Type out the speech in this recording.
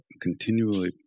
continually